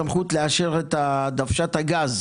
בכך שאין לה תחנה נוספת לאישור התקציב.